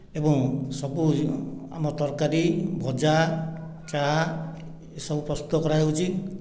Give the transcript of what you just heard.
ଏବଂ ସବୁ ଆମର ତରକାରୀ ଭଜା ଚାହା ଏସବୁ ପ୍ରସ୍ତୁତ କରାଯାଉଛି